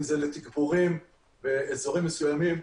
אם זה לתגבורים באזורים מסוימים.